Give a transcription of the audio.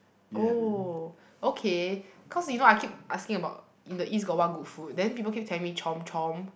oh okay cause you know I keep asking about in the East got what good food then people keep telling me chomp-chomp